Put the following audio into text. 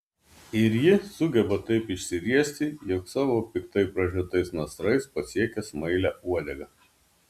ir ji sugeba taip išsiriesti jog savo piktai pražiotais nasrais pasiekia smailią uodegą